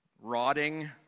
rotting